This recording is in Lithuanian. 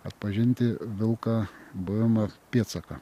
atpažinti vilką buvimo pėdsaką